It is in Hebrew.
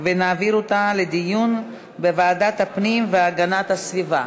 והעברתה לדיון בוועדת הפנים והגנת הסביבה.